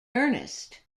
earnest